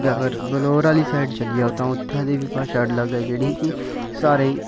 फिरी बलौर आह्ली साइड चली जाओ तां उत्थै दी भाशा बी अलग ऐ जेह्ड़ी कि सारें गी